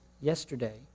yesterday